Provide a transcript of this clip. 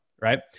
right